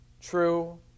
true